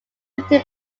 written